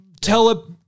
tele